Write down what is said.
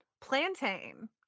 plantain